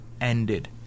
ended